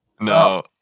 No